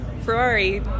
ferrari